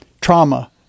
trauma